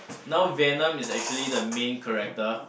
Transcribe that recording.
now Venom is actually the main character